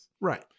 right